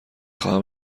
خواهم